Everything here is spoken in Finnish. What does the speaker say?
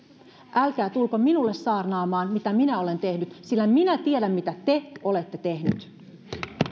älkää tulko minulle saarnaamaan mitä minä olen tehnyt sillä minä tiedän mitä te olette tehnyt